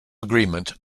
agreement